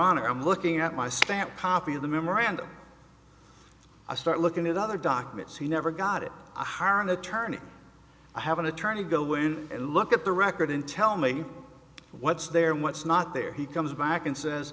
honor i'm looking at my stamped copy of the memorandum i start looking at other documents he never got it i hire an attorney i have an attorney go in and look at the record in tell me what's there and what's not there he comes back and says